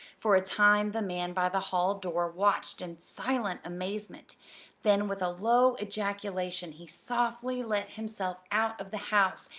for a time the man by the hall door watched in silent amazement then with a low ejaculation he softly let himself out of the house,